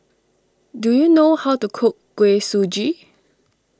do you know how to cook Kuih Suji